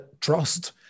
trust